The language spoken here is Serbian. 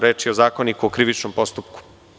Reč je o Zakoniku o krivičnom postupku.